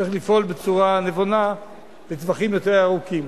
צריך לפעול בצורה נבונה לטווחים יותר ארוכים.